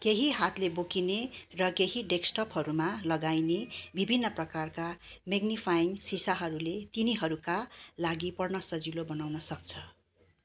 केही हातले बोकिने र केही डेस्कटपहरूमा लगाइने विभिन्न प्रकारका म्याग्निफाइङ्ग सिसाहरूले तिनीहरूका लागि पढ्न सजिलो बनाउन सक्छ